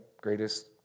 greatest